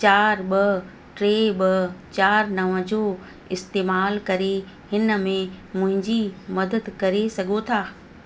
चार ॿ टे ॿ चार नवं जो इस्तेमालु करे हिन में मुंहिंजी मदद करे सघो था